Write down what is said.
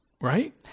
Right